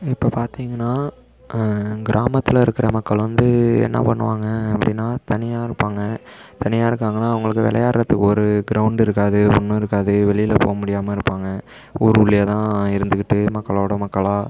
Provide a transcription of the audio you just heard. இப்போ பார்த்தீங்கனா கிராமத்தில் இருக்கிற மக்கள் வந்து என்ன பண்ணுவாங்க அப்படினா தனியாக இருப்பாங்கள் தனியாக இருக்காங்கன்னா அவங்களுக்கு விளையாடுறதுக்கு ஒரு கிரௌண்ட் இருக்காது ஒன்றும் இருக்காது வெளியில் போக முடியாமல் இருப்பாங்க ஊர் உள்ளேயே தான் இருந்துக்கிட்டு மக்களோடய மக்களாக